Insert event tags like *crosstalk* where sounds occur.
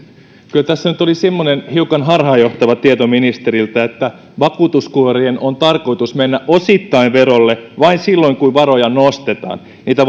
kyllä tässä nyt oli semmoinen hiukan harhaanjohtava tieto ministeriltä että vakuutuskuorien on tarkoitus mennä osittain verolle vain silloin kun varoja nostetaan niitä *unintelligible*